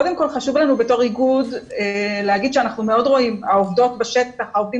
כאיגוד חשוב לנו לומר שהעובדות והעובדים